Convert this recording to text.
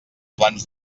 plans